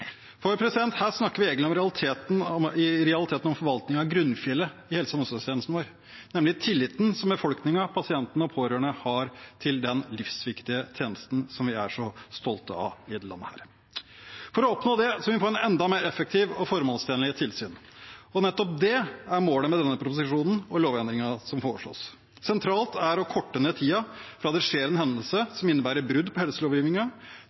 pasientsikkerhet. For her snakker vi i realiteten om forvaltning av grunnfjellet i helse- og omsorgstjenesten vår, nemlig tilliten som befolkningen, pasientene og pårørende har til den livsviktige tjenesten vi er så stolte av i dette landet. For å oppnå det må vi få et enda mer effektivt og formålstjenlig tilsyn. Nettopp det er målet med denne proposisjonen og lovendringene som foreslås. Sentralt er å korte ned tiden fra det skjer en hendelse som innebærer brudd på